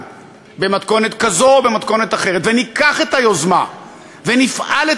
במתכונת כזאת או במתכונת אחרת וניקח את היוזמה ונפעל את